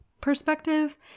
perspective